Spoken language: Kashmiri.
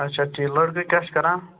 اَچھا ٹھیٖک لڑکہٕ کیٛاہ چھُ کَران